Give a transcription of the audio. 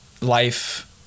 life—